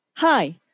Hi